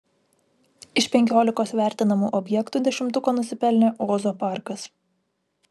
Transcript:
iš penkiolikos vertinamų objektų dešimtuko nusipelnė ozo parkas